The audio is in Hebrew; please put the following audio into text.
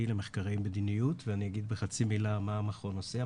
למחקרי מדינות ואני אגיד בחצי מילה מה המכון עושה.